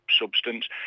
substance